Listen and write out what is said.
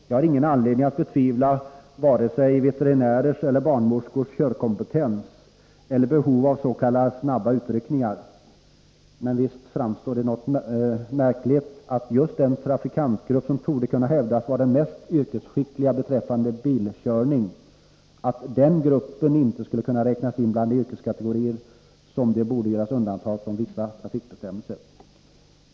Jag har ingen anledning att betvivla vare sig veterinärers eller barnmorskors körkompetens eller deras behov avs.k. snabba utryckningar. Men visst framstår det som något märkligt att just den trafikantgrupp som torde kunna anses vara den mest yrkesskickliga beträffande bilkörning inte skulle kunna räknas in bland de yrkeskategorier för vilka det borde göras undantag från vissa trafikbestämmelser.